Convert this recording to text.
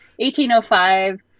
1805